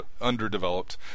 underdeveloped